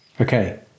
Okay